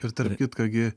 ir tarp kitko gi